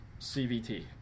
CVT